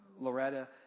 Loretta